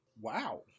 Wow